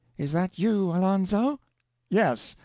is that you, alonzo yes.